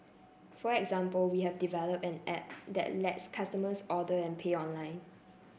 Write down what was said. for example we have developed an A P P that lets customers order and pay online